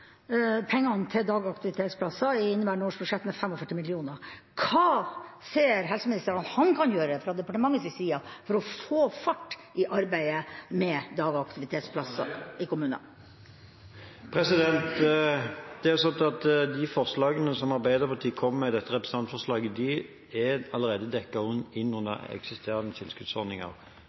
pengene til dagaktivitetsplasser i inneværende års budsjett med 45 mill. kr. Hva ser helseministeren at han kan gjøre fra departementets side for å få fart på arbeidet med dagaktivitetstilbud i kommunene? De forslagene som Arbeiderpartiet kom med i dette representantforslaget, allerede er